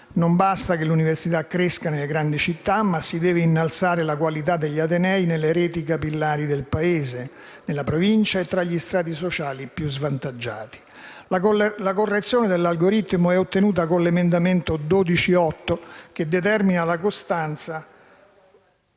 non basta che l'università cresca nelle grandi città, ma si deve innalzare la qualità degli atenei nelle reti capillari del Paese, nella Provincia e tra gli strati sociali più svantaggiati. La correzione dell'algoritmo è ottenuta con l'emendamento 12.8 che determina la costanza